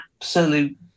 absolute